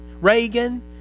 Reagan